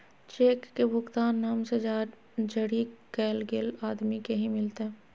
cheque के भुगतान नाम से जरी कैल गेल आदमी के ही मिलते